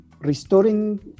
restoring